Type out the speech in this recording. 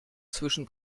zwischen